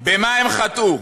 במה הם חטאו?